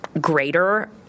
greater